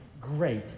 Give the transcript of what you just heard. great